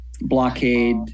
blockade